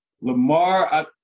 Lamar